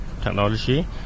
technology